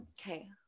okay